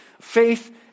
faith